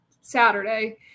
Saturday